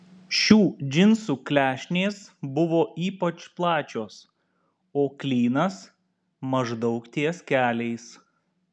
šių džinsų klešnės buvo ypač plačios o klynas maždaug ties keliais